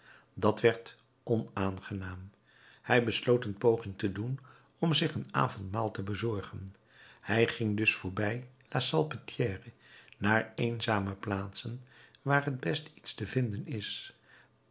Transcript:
dat werd onaangenaam hij besloot een poging te doen om zich een avondmaal te bezorgen hij ging dus voorbij la salpetrière naar eenzame plaatsen waar het best iets te vinden is